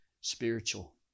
spiritual